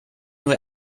nur